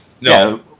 No